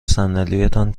صندلیتان